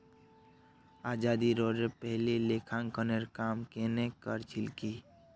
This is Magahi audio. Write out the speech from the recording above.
आज़ादीरोर पहले लेखांकनेर काम केन न कर छिल की